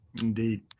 Indeed